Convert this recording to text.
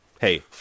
hey